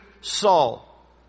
Saul